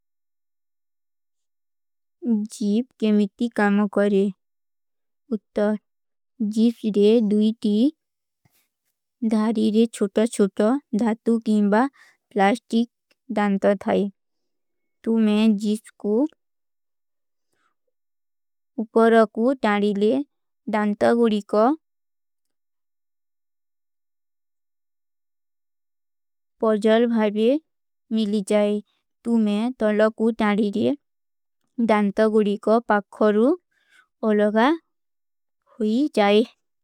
ଜୀଫ କେମିଟୀ କାମୋ କରେଂ। ଉତ୍ତର, ଜୀଫ ରେ ଦୁଈ ତୀ ଧାରୀ ରେ ଛୋଟା-ଛୋଟା ଧାତୂ କୀଂବା ପ୍ଲାସ୍ଟିକ ଦାନ୍ତ ଥାଈ। ତୁମେଂ ଜୀଫ କୋ ଉପରା କୋ ତାରୀ ରେ ଦାନ୍ତ ଗୁରୀ କା ପଜଲ ଭାଵେ ମିଲୀ ଜାଈ। ତୁମେଂ ତଲକୋ ତାରୀ ରେ ଦାନ୍ତ ଗୁରୀ କା ପକ୍ଖରୋ ଅଲଗା ହୁଈ ଜାଈ।